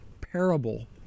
parable